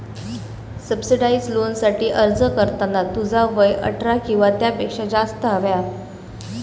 subsidised लोनसाठी अर्ज करताना तुझा वय अठरा किंवा त्यापेक्षा जास्त हव्या